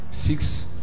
Six